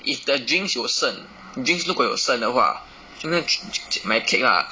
if the drinks 有剩 drinks 如果有剩的话就用去去买 cake lah